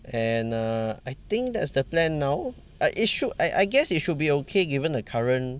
and err I think that's the plan now it should I guess it should be okay given the current